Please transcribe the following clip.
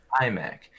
iMac